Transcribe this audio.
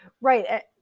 Right